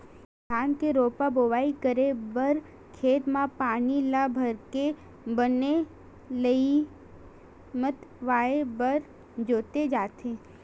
धान के रोपा बोवई करे बर खेत म पानी ल भरके बने लेइय मतवाए बर जोते जाथे